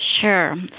Sure